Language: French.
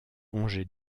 rangées